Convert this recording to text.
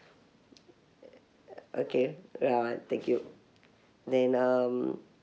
okay r~ uh thank you then um